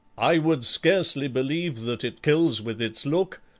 i would scarcely believe that it kills with its look,